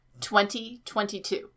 2022